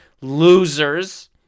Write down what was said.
losers